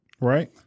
Right